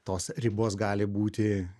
tos ribos gali būti